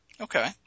Okay